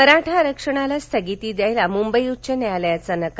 मराठा आरक्षणाला स्थगिती द्यायला मुंबई उच्च न्यायालयाचा नकार